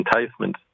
enticement